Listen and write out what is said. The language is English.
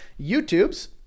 YouTube's